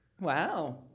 Wow